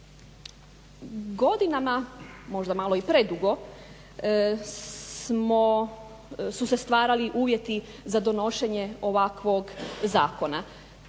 Godinama, možda i malo predugo su se stvarali uvjeti za donošenje ovakvog zakona.